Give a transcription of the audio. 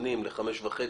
שכשמזמנים ל-17:30